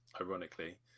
ironically